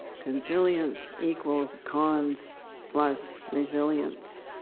consilience equals cons plus resilience.